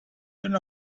turn